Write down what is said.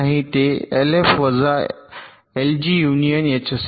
तर ते एलएफ वजा एलजी युनियन एच असेल